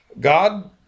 God